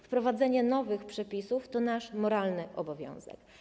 Wprowadzenie nowych przepisów to nasz moralny obowiązek.